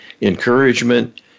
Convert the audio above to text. encouragement